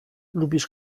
lubisz